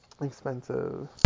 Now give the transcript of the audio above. expensive